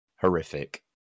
Horrific